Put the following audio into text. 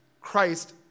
Christ